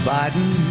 Biden